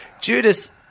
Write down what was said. Judas